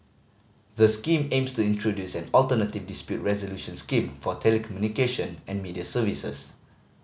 the Scheme aims to introduce an alternative dispute resolution scheme for telecommunication and media services